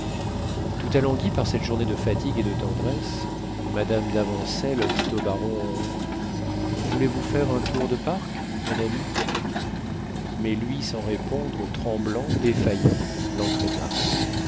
tout alanguie par cette journée de fatigue et de tendresse mme d'avancelles dit au baron voulez-vous faire un tour de parc mon ami mais lui sans répondre tremblant défaillant l'entraîna